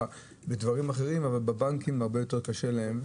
לדברים אחרים אבל בבנקים הרבה יותר קשה להם.